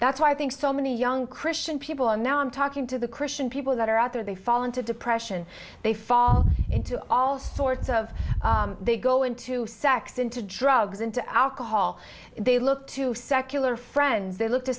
that's why i think so many young christian people are now i'm talking to the christian people that are out there they fall into depression they fall into all sorts of they go into sex into drugs into alcohol they look to secular friends they look